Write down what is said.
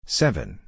seven